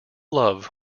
love